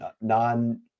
non